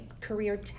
career